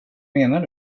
menar